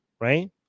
right